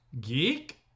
Geek